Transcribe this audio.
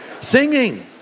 singing